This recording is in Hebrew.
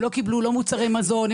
הם לא קיבלו מוצרי מזון.